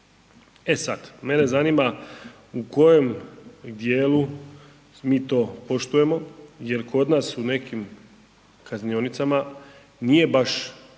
e sad mene zanima u kojem dijelu mi to poštujemo jel kod nas u nekim kaznionicama nije baš